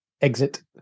exit